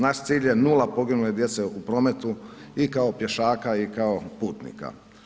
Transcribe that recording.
Naš cilj je nula poginule djece u prometu i kao pješaka i kao putnika.